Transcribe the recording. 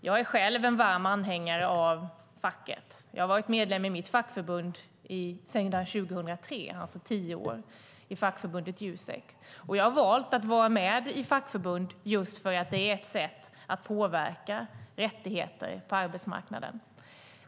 Jag är själv en varm anhängare av facket. Jag har varit medlem i mitt fackförbund, Jusek, sedan 2003, alltså tio år. Jag har valt att vara med i ett fackförbund just för att det är ett sätt att påverka när det gäller rättigheter på arbetsmarknaden.